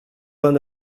vingt